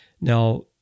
Now